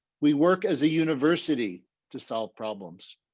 we work as a university to solve problems.